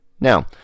Now